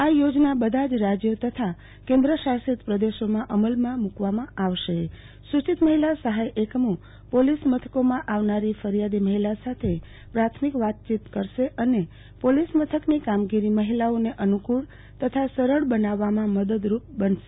આ યોજના બધાજ રાજયો તથા કેન્દ્રશાસિત પ્રદેશોએ અમલમાં મુ કવામાં આવશે સુચિત મહિલા સહાય એકમો પોલીસ મથકોમાં આવનારી ફરીયાદી મહિલા સાથે પ્રથમિક વાતચીત કરશે અને પોલીસ મથકની કામગીરી મહિલાઓને અનુ કુળ તથા સરળ બનાવવામાં મદદરૂપ બનશે